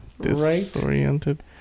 disoriented